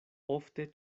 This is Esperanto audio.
ofte